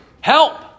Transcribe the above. help